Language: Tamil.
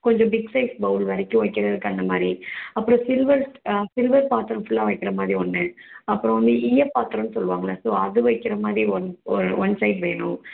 கொஞ்சம் பிக் சைஸ் பவுல் வரைக்கும் வைக்கிறதுக்கு அந்தமாதிரி அப்புறம் சில்வர் சில்வர் பாத்திரம் ஃபுல்லாக வைக்கிற மாதிரி ஒன்று அப்புறம் வந்து ஈயப்பாத்திரன்னு சொல்லுவாங்கள்ல ஸோ அது வைக்கிற மாதிரி ஒன் ஒ ஒன் சைட் வேணும்